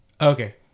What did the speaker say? okay